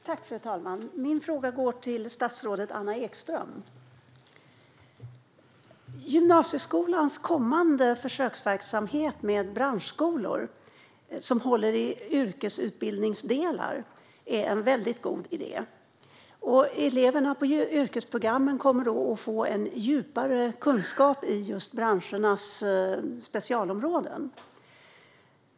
Fru talman! Min fråga går till statsrådet Anna Ekström. Gymnasieskolans kommande försöksverksamhet med branschskolor, som håller i yrkesutbildningsdelar, är en väldigt god idé. Eleverna på yrkesprogrammen kommer då att få en djupare kunskap i just branschernas specialområden.